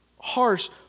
harsh